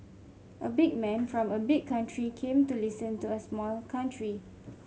a big man from a big country came to listen to a small country